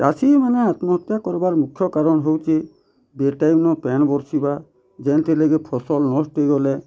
ଚାଷୀମାନେ ଆତ୍ମହତ୍ୟା କର୍ବାର୍ ମୁଖ୍ୟ କାରଣ ହେଉଛି ବୀର୍ ଟାଇମ୍ ନଁ ପାଏନ୍ ବର୍ଷିବା ଯେନ୍ଥିର୍ ଲାଗି ଫସଲ୍ ନଷ୍ଟ୍ ହେଇଗଲେ